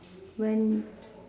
when